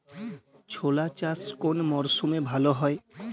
ছোলা চাষ কোন মরশুমে ভালো হয়?